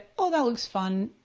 oh, that looks fun.